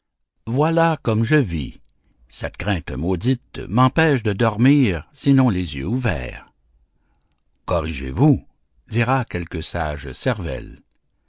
voilà comme je vis cette crainte maudite m'empêche de dormir sinon les yeux ouverts corrigez-vous dira quelque sage cervelle